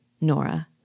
Nora